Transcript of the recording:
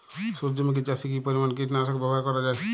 সূর্যমুখি চাষে কি পরিমান কীটনাশক ব্যবহার করা যায়?